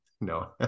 no